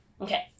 Okay